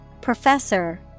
Professor